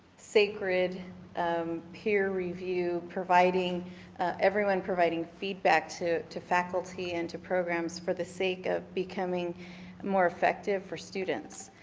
sacred um peer review providing everyone providing feedback to to faculty and to programs for the sake of becoming more effective for students.